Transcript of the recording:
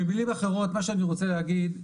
במילים אחרות מה שאני רוצה להגיד,